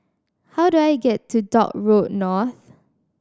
how do I get to Dock Road North